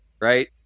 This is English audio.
Right